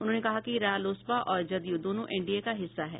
उन्होंने कहा कि रालोसपा और जदयू दोनों एनडीए का हिस्सा है